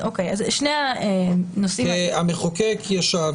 המחוקק ישב,